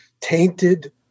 tainted